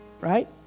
right